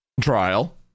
trial